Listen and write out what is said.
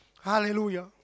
Hallelujah